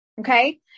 Okay